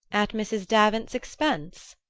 at mrs. davant's expense?